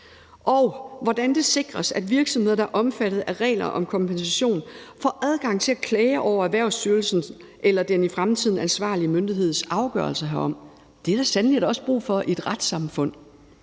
hvordan det sikres, at virksomheder, der er omfattet af regler om kompensation, får adgang til at klage over Erhvervsstyrelsens eller den i fremtiden ansvarlige myndigheds afgørelse herom. Det er der da sandelig også brug for i et retssamfund.